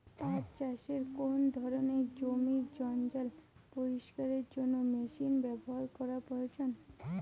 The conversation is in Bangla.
পাট চাষে কোন ধরনের জমির জঞ্জাল পরিষ্কারের জন্য মেশিন ব্যবহার করা প্রয়োজন?